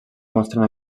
mostren